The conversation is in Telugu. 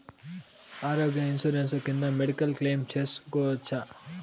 ఆరోగ్య ఇన్సూరెన్సు కింద మెడికల్ క్లెయిమ్ సేసుకోవచ్చా?